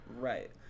Right